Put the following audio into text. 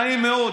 נעים מאוד.